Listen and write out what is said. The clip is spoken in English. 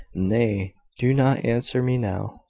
nay, do not answer me now.